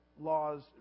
laws